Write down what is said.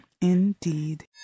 indeed